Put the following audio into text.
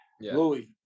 Louis